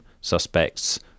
suspects